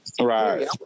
right